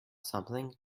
something